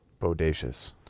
Bodacious